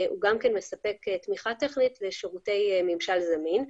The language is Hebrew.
הוא גם מספק תמיכה טכנית לשירותי ממשל זמין.